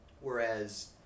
whereas